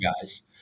guys